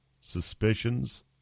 suspicions